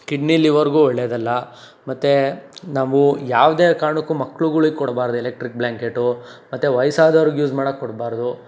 kidney ಲಿವರ್ಗೂ ಒಳ್ಳೆಯದಲ್ಲ ಮತ್ತು ನಾವು ಯಾವುದೇ ಕಾರಣಕ್ಕೂ ಮಕ್ಳುಗಳಿಗೆ ಕೊಡಬಾರ್ದು ಎಲೆಕ್ಟ್ರಿಕ್ ಬ್ಲ್ಯಾಂಕೆಟು ಮತ್ತು ವಯಸ್ಸಾದವ್ರಿಗೆ ಯೂಸ್ ಮಾಡಕ್ಕೆ ಕೊಡಬಾರ್ದು